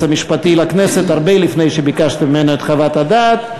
המשפטי לכנסת הרבה לפני שביקשתי ממנו את חוות הדעת,